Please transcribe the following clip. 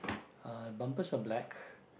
uh bumpers are black